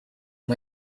you